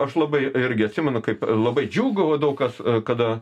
aš labai irgi atsimenu kaip labai džiūgavo daug kas kada